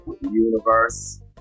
universe